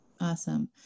Awesome